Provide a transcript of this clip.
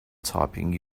typing